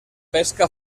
pesca